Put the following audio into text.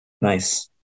Nice